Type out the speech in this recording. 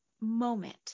moment